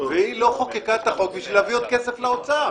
והיא לא חוקקה את החוק בשביל להביא עוד כסף לאוצר.